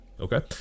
okay